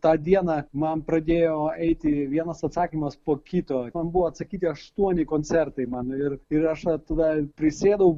tą dieną man pradėjo eiti vienas atsakymas po kito man buvo atsakyti aštuoni koncertai man ir ir aš vat tada prisėdau